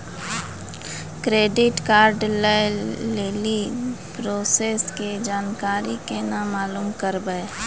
Credit card लय लेली process के जानकारी केना मालूम करबै?